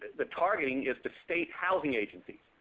the targeting is to state housing agencies.